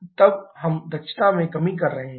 तब हम दक्षता में कमी कर रहे हैं